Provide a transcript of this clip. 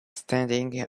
standing